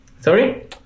sorry